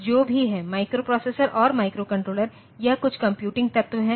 अब जो भी हैं माइक्रोप्रोसेसर और माइक्रोकंट्रोलर यह कुछ कंप्यूटिंग तत्व हैं